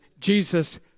Jesus